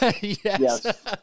Yes